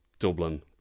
Dublin